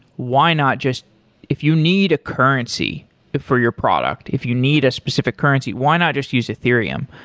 why not just if you need a currency for your product, if you need a specific currency, why not just use ethereum?